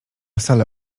salę